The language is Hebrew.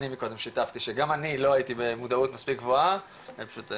שגם אני לא הייתי במודעות מספיק גבוהה לנושא.